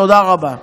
תודה רבה.